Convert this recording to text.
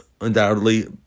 undoubtedly